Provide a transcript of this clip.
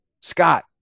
Scott